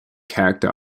cacti